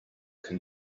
can